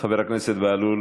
חבר הכנסת בהלול.